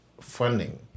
funding